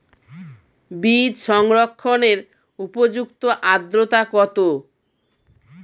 বীজ সংরক্ষণের উপযুক্ত আদ্রতা কত?